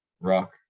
rock